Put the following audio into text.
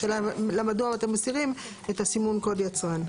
השאלה מדוע אתם מסירים את הסימון קוד יצרן?